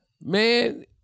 Man